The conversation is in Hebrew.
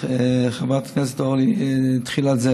חברת הכנסת אורלי לוי התחילה את זה